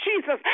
jesus